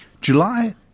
July